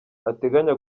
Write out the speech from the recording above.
ateganya